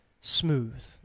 smooth